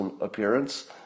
appearance